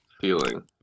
feeling